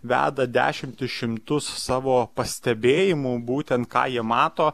veda dešimtis šimtus savo pastebėjimų būtent ką jie mato